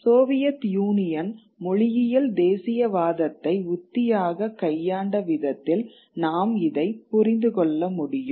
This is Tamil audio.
சோவியத் யூனியன் மொழியியல் தேசியவாதத்தை உத்தியாக கையாண்ட விதத்தில் நாம் இதைப் புரிந்து கொள்ள முடியும்